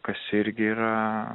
kas irgi yra